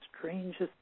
strangest